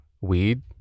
weed